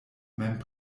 mem